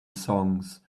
songs